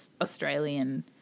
Australian